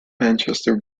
manchester